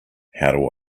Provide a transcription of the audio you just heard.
how